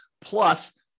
plus